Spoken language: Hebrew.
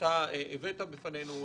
שאתה הבאת בפנינו,